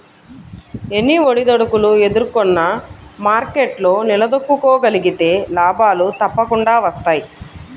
ఎన్ని ఒడిదుడుకులు ఎదుర్కొన్నా మార్కెట్లో నిలదొక్కుకోగలిగితే లాభాలు తప్పకుండా వస్తాయి